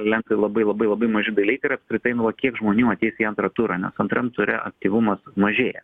lems tai labai labai labai maži dalykai ir apskritai nu va kiek žmonių ateis į antrą turą nes antram ture aktyvumas mažėja